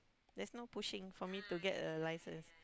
there's no pushing for me to get a licence